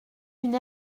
une